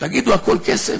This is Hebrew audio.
תגידו, הכול כסף?